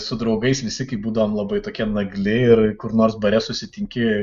su draugais visi kai būdavom labai tokie nagli ir kur nors bare susitinki